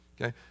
Okay